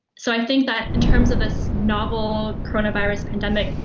so i think that in terms of this novel coronavirus pandemic,